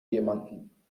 jemanden